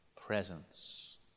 presence